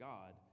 God